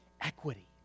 equity